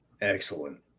excellent